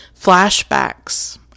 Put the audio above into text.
flashbacks